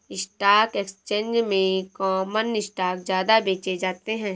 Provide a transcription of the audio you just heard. stock exchange में common stock ज्यादा बेचे जाते है